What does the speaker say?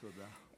תודה.